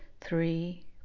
three